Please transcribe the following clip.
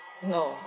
no